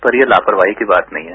पर ये लापरवाही की बात नहीं है